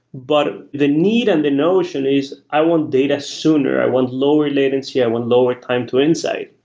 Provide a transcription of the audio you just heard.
but the need and the notion is i want data sooner. i want lower latency. i want lower time to insight.